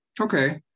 Okay